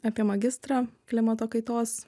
apie magistrą klimato kaitos